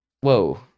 Whoa